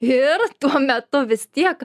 ir tuo metu vis tiek